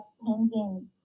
hanging